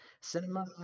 cinema